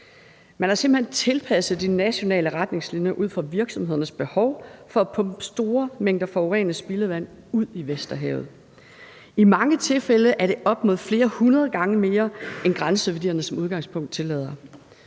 Man har simpelt hen tilpasset de nationale retningslinjer ud fra virksomhedernes behov for at pumpe store mængder forurenet spildevand ud i Vesterhavet. I mange tilfælde er det op imod flere hundrede gange mere, end grænseværdierne som udgangspunkt tillader.